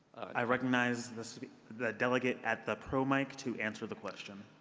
i recognize the so the delegate at the pro mic to answer the question.